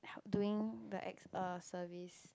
doing the ex a service